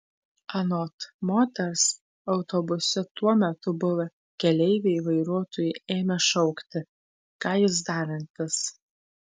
anot moters autobuse tuo metu buvę keleiviai vairuotojui ėmė šaukti ką jis darantis